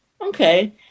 Okay